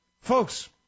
Folks